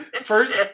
first